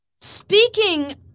Speaking